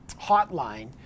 hotline